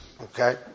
Okay